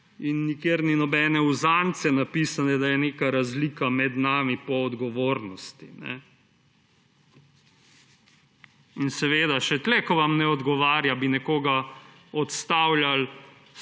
in nikjer ni nobene uzance napisane, da je neka razlika med nami po odgovornosti. In še tu, ko vam ne odgovarja, bi nekoga odstavljali